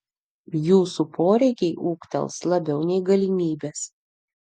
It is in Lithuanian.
jūsų poreikiai ūgtels labiau nei galimybės